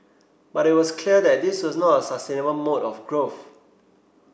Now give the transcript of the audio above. but it was clear that this was not a sustainable mode of growth